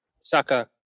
Saka